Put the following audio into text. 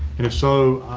and if so,